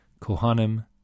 kohanim